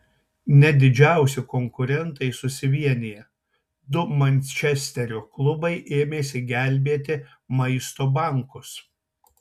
net didžiausi konkurentai susivienija du mančesterio klubai ėmėsi gelbėti maisto bankus